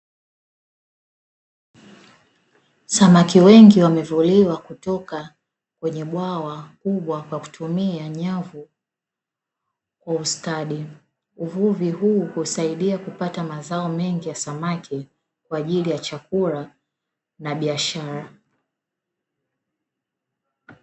Samaki wengi wamevuliwa kutoka kwenye bwawa kubwa kwa kutumia nyavu kwa ustadi. Uvuvi huu husaidia kupata mazao mengi ya samaki kwa ajili ya chakula na biashara.